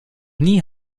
nie